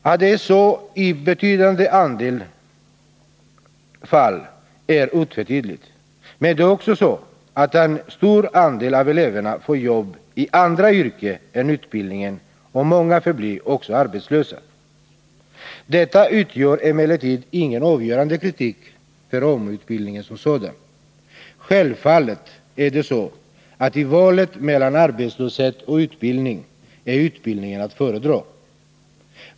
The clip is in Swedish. Att det är så i ett betydande antal fall är otvetydigt, men det är också så att en stor andel av eleverna får jobb i andra yrken än utbildningsyrket och att många förblir arbetslösa. Detta utgör emellertid ingen avgörande kritik mot AMU-utbildningen som sådan. Självfallet är det så att i valet mellan arbetslöshet och utbildning är utbildning att föredra.